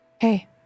Hey